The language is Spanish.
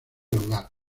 lugar